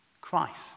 Christ